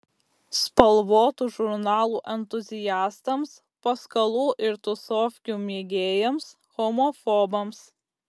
spalvotų žurnalų entuziastams paskalų ir tusovkių mėgėjams homofobams